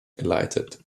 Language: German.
geleitet